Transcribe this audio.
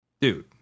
dude